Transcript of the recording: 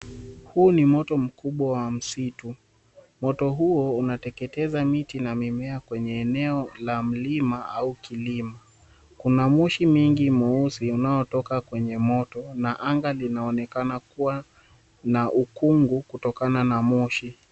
Huu ni moto mkubwa wa msitu, moto huo unateketeza miti na mimea kwenye eneo la mlima au kilima, kuna moshi mingi mweusi unaotoka kwenye moto na anga linaonekana kuwa na ukungu kutokana na moshi.